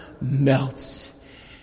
melts